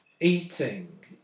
eating